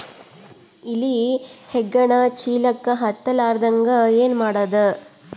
ಇಲಿ ಹೆಗ್ಗಣ ಚೀಲಕ್ಕ ಹತ್ತ ಲಾರದಂಗ ಏನ ಮಾಡದ?